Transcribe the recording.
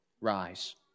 Rise